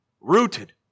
rooted